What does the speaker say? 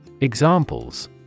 Examples